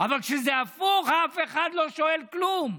אבל כשזה הפוך, אף אחד לא שואל כלום,